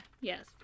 Yes